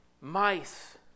mice